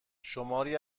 شماری